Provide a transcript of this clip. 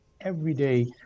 everyday